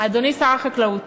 אדוני שר החקלאות,